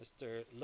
Mr